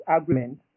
agreement